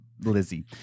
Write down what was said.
Lizzie